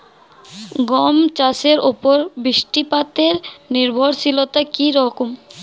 গম চাষের উপর বৃষ্টিপাতে নির্ভরশীলতা কী রকম?